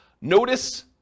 Notice